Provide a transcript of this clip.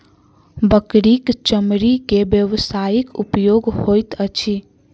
बकरीक चमड़ी के व्यवसायिक उपयोग होइत अछि